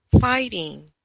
fighting